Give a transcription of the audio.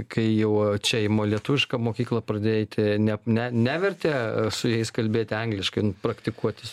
kai jau čia į mo lietuvišką mokyklą pradėjo eiti ne ne nevertė su jais kalbėti angliškai praktikuotis